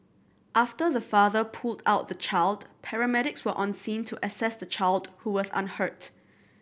after the father pulled out the child paramedics were on scene to assess the child who was unhurt